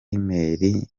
email